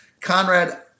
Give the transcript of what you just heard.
Conrad